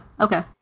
Okay